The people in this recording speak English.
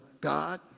God